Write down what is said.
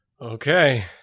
okay